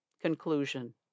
Conclusion